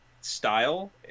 style